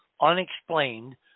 unexplained